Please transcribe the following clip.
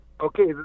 Okay